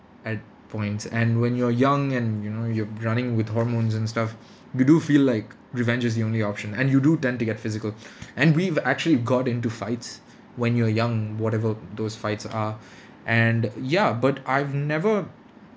at points and when you're young and you know you're running with hormones and stuff we do feel like revenge is the only option and you do tend to get physical and we've actually got into fights when you're young whatever those fights are and ya but I've never